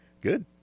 Good